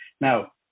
now